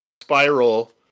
Spiral